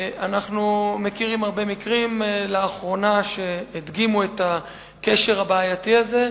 אנחנו מכירים הרבה מקרים שלאחרונה הדגימו את הקשר הבעייתי הזה.